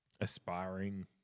aspiring